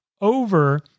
over